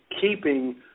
keeping